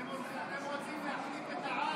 אתם רוצים להחליף את העם,